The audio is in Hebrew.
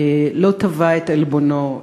לא תבע את עלבונו,